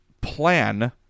plan